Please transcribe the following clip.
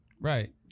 right